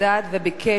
השר אלי ישי,